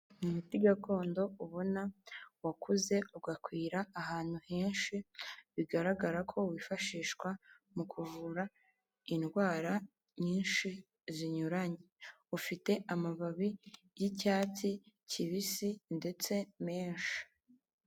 Umuti gakondo ubona wakuze ugakwira ahantu henshi bigaragara ko wifashishwa mu kuvura indwara nyinshi zinyuranye, ufite amababi y'icyatsi kibisi ndetse menshi.